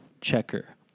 Checker